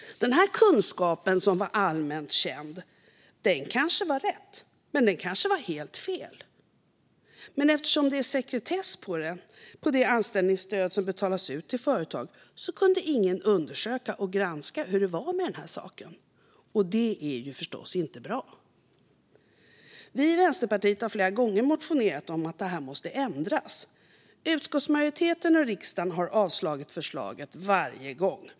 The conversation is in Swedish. Den här kunskapen som var "allmänt känd" var kanske rätt eller helt fel. Men eftersom det är sekretess i fråga om det anställningsstöd som betalas ut till företag kunde ingen undersöka och granska hur det var med detta. Det är förstås inte bra. Vi i Vänsterpartiet har flera gånger motionerat om att detta måste ändras. Utskottsmajoriteten har avstyrkt och riksdagen har avslagit förslaget varje gång.